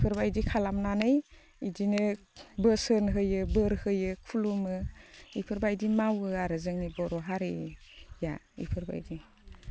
बेफोरबायदि खालामनानै बिदिनो बोसोन होयो बोर होयो खुलुमो बेफोरबायदि मावो आरो जोंनि बर' हारिया बेफोरबायदि